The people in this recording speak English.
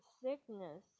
sickness